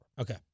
Okay